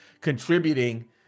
contributing